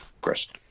Chris